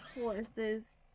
Horses